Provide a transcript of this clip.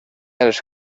els